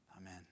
amen